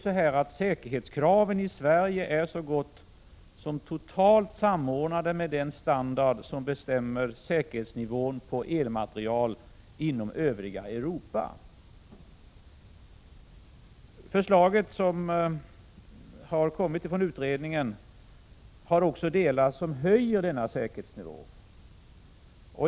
Säkerhetskraven i Sverige är så gott som totalt samordnade med den standard enligt vilken säkerhetsnivån på elmateriel inom övriga Europa bestäms. I utredningen föreslås också åtgärder som ökar denna säkerhetsnivå.